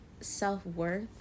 self-worth